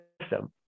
system